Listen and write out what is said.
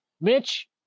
Mitch